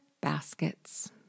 Baskets